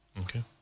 Okay